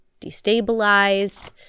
destabilized